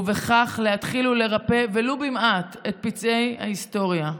ובכך להתחיל ולרפא, ולו במעט, את פצעי ההיסטוריה.